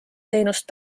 teenust